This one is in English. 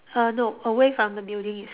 uh no away from the building is